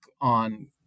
on